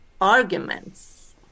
arguments